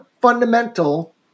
fundamental